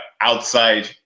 outside